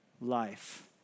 life